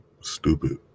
Stupid